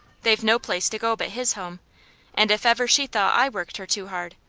they've no place to go but his home and if ever she thought i worked her too hard,